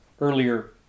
earlier